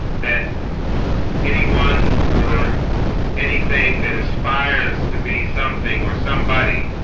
that anyone or anything that aspires to be something or somebody